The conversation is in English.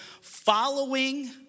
following